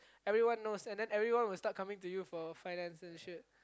everyone knows and then everyone will start coming to you for financial shit